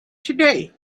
today